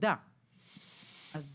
אני